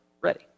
ready